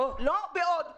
לא בעוד שבועיים.